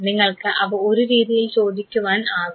നിങ്ങൾക്ക് അവ ഒരു രീതിയിൽ ചോദിക്കുവാൻ ആകും